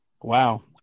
Wow